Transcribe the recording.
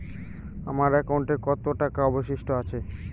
আমার একাউন্টে কত টাকা অবশিষ্ট আছে?